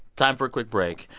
time for a quick break.